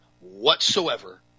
whatsoever